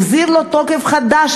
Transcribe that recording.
החזיר לו תוקף מחדש,